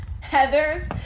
heather's